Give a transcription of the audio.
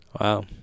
Wow